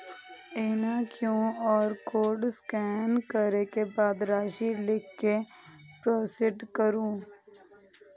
एहिना QR code scan करै के बाद राशि लिख कें प्रोसीड करू